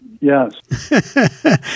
Yes